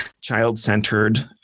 child-centered